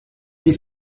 des